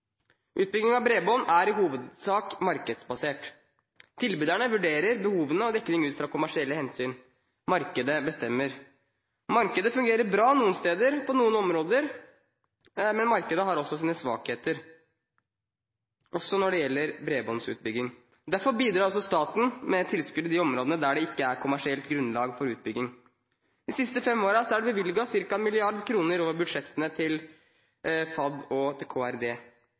Utbygging av bredbånd er i hovedsak markedsbasert. Tilbyderne vurderer behovene og dekningen ut fra kommersielle hensyn. Markedet bestemmer. Markedet fungerer bra noen steder og på noen områder, men markedet har også sine svakheter, også når det gjelder bredbåndsutbygging. Derfor bidrar staten med tilskudd i de områdene der det ikke er kommersielt grunnlag for utbygging. De siste fem årene er det bevilget ca. 1 mrd. kr over budsjettene til Fornyings-, administrasjons- og kirkedepartementet og Kommunal- og regionaldepartementet til